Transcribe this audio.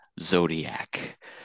Zodiac